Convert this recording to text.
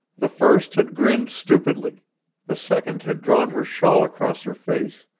the first had grinned stupidly the second had drawn her shawl across her face,